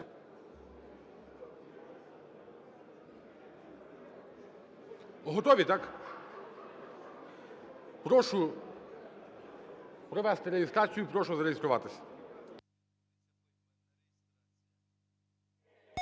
Готові, так? Прошу провести реєстрацію. Прошу зареєструватись.